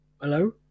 Hello